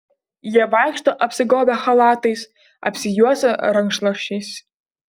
jie vaikšto apsigobę chalatais apsijuosę rankšluosčiais